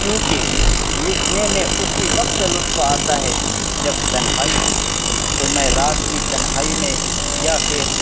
کیونکہ لکھنے میں اسی وقت لطف آتا ہے جب تنہائی ہو تو میں رات کی تنہائی میں یا پھر